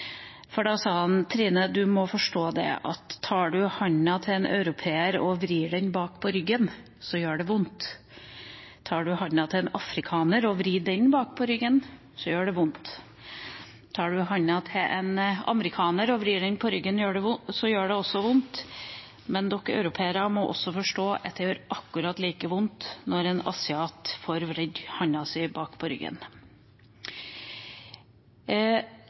du må forstå at tar du handa til en europeer og vrir den bak på ryggen, gjør det vondt. Tar du handa til en afrikaner og vrir den bak på ryggen, gjør det vondt. Tar du handa til en amerikaner og vrir den bak på ryggen, gjør det også vondt. Men dere europeere må forstå at det er akkurat like vondt når en asiat får vridd handa si bak på ryggen.»